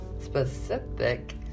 Specific